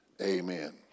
amen